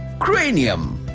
cranium.